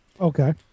Okay